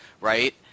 right